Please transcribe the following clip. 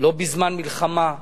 לא בזמן מלחמה,